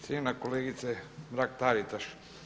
Cijenjena kolegice Mrak Taritaš.